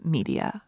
Media